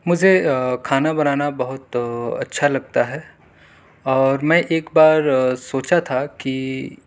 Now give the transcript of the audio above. مجھے کھانا بنانا بہت اچھا لگتا ہے اور میں ایک بار سوچا تھا کہ